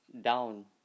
down